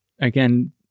again